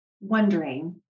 wondering